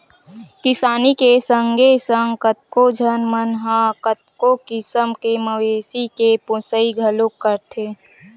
किसानी के संगे संग कतको झन मन ह कतको किसम के मवेशी के पोसई घलोक करथे